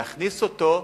להכניס אותו,